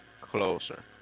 Closer